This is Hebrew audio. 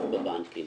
בבנקים.